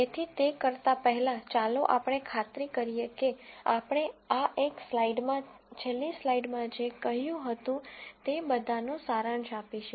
તેથી તે કરતા પહેલાં ચાલો આપણે ખાતરી કરીએ કે આપણે આ એક સ્લાઇડમાં છેલ્લી સ્લાઇડમાં જે કહ્યું હતું તે બધાંનો સારાંશ આપીશું